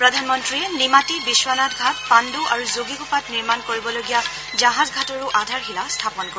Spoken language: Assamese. প্ৰধানমন্ত্ৰীয়ে নিমাতী বিশ্বনাথ ঘাট পাণ্ডু আৰু যোগীঘোপাত নিৰ্মাণ কৰিবলগীয়া জাহাজঘাটৰো আধাৰশিলা স্থাপন কৰিব